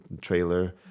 trailer